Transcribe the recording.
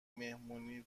مهمونی